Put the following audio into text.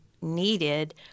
needed